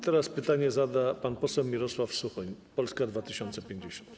Teraz pytanie zada pan poseł Mirosław Suchoń, Polska 2050.